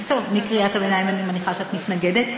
טוב, מקריאת הביניים אני מניחה שאת מתנגדת.